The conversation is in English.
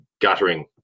guttering